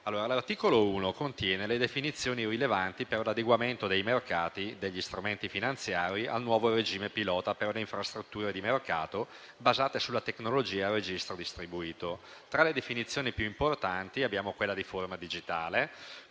L'articolo 1 contiene le definizioni rilevanti per l'adeguamento dei mercati degli strumenti finanziari al nuovo regime pilota per le infrastrutture di mercato basate sulla tecnologia a registro distribuito. Tra le definizioni più importanti abbiamo quella di forma digitale,